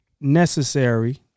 necessary